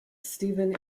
stephen